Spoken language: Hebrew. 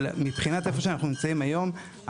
אבל, מבחינת איפה שאנחנו נמצאים היום,